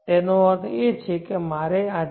તેનો અર્થ એ છે કે મારે આજે